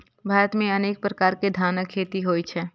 भारत मे अनेक प्रकार के धानक खेती होइ छै